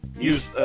Use